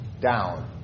down